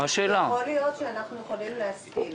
יכול להיות שאנחנו יכולים להסכים